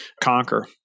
conquer